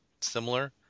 similar